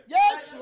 Yes